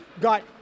got